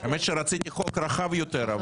האמת שרציתי חוק רחב יותר.